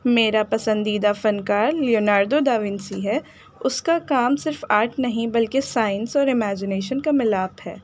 میرا پسندیدہ فنکار لیونارڈو دا ونسی ہے اس کا کام صرف آرٹ نہیں بلکہ سائنس اور امیجنیشن کا ملاپ ہے